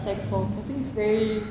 like for I think it's very